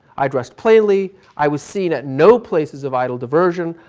i dressed plainly i was seen at no places of idle diversion.